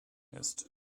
ist